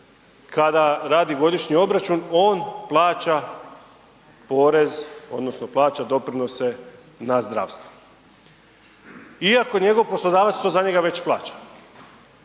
kada radi godišnji obračun, on plaća porez odnosno plaća doprinose na zdravstvo iako njegov poslodavac to za njega već plaća.